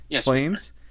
Flames